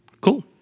Cool